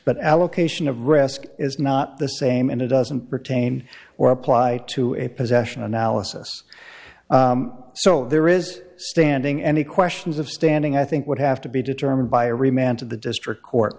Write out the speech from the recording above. but allocation of risk is not the same and it doesn't pertain or apply to a possession analysis so there is standing any questions of standing i think would have to be determined by every man to the district court